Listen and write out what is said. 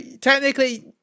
technically